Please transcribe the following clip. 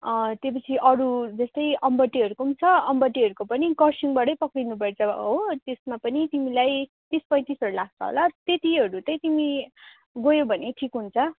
अँ त्यो पिच्छे अरू जस्तै अम्बोटेहरूको पनि छ अम्बोटेहरूको पनि खरसाङबाटै पक्रिनुपर्छ हो त्यसमा पनि तिमीलाई तिस पैँतिसहरू लाग्छ होला त्यतिहरू चाहिँ तिमी गयौ भने ठिक हुन्छ